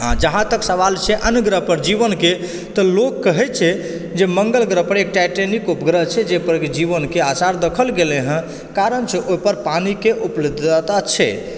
हँ जहाँ तक सवाल छै अन्य ग्रह पर जीवनकऽ तऽ लोक कहैत छै जे मंगल ग्रह पर एकटा टाइटेनिक उपग्रह छै जाहि पर जीवनकऽ आसार देखल गेलय हँ कारण छै ओहिपर पानिके उपलब्धता छै